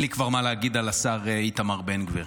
כבר אין לי מה להגיד על השר איתמר בן גביר.